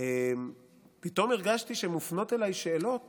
פתאום הרגשתי שמופנות אליי שאלות